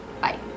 bye